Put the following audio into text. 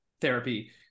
therapy